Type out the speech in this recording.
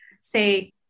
say